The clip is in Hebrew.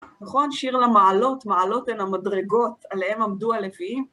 נכון? שיר למעלות. מעלות הן המדרגות, עליהן עמדו הלוויים.